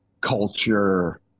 culture